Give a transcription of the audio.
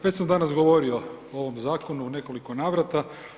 Već sam danas govorio o ovom zakonu o nekoliko navrata.